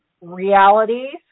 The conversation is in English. realities